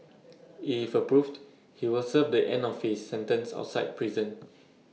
if approved he will serve the end of his sentence outside prison